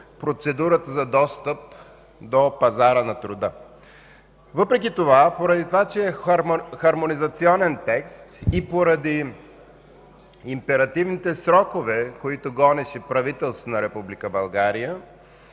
процедурата за достъп до пазара на труда. Въпреки че е хармонизационен текст, поради императивните срокове, които гонеше правителството на